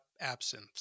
absinthe